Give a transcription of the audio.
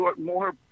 more